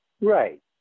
right